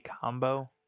combo